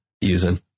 using